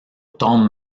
tombe